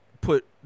put